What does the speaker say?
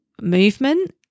movement